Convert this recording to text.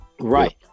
right